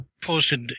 posted